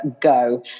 go